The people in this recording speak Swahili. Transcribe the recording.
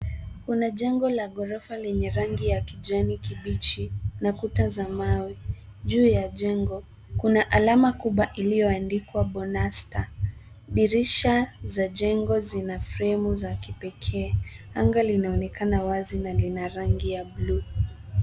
Kuna jengo la ghorofa lenye rangi ya kijani kibichi na kuta za mawe. Juu ya jengo, kuna alama kubwa iliyoandikwa, bonasta. Dirisha za jengo zina fremu za kipekee. Anga linaonekana wazi na lina rangi ya bluu.